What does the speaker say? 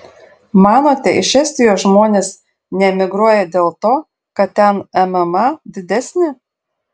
manote iš estijos žmonės neemigruoja dėl to kad ten mma didesnė